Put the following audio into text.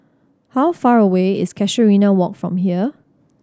how far away is Casuarina Walk from here